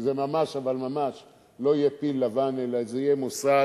שזה ממש לא יהיה פיל לבן אלא יהיה מוסד